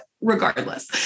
regardless